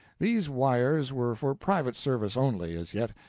these wires were for private service only, as yet,